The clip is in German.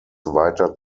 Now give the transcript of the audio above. weiter